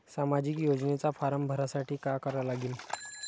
सामाजिक योजनेचा फारम भरासाठी का करा लागन?